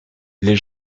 les